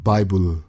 Bible